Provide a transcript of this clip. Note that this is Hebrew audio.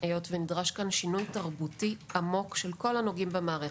היות ונדרש כאן שינוי תרבותי עמוק של כל הנוגעים במערכת,